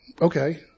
Okay